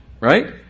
right